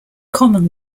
common